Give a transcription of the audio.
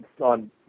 on